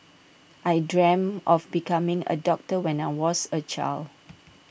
I dreamt of becoming A doctor when I was A child